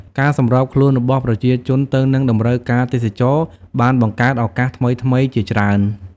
ការសម្របខ្លួនរបស់ប្រជាជនទៅនឹងតម្រូវការទេសចរណ៍បានបង្កើតឱកាសថ្មីៗជាច្រើន។